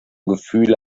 gefühle